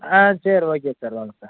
ஆ சரி okay sir வாங்க sir